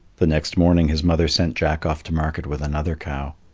the next morning his mother sent jack off to market with another cow.